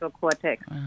cortex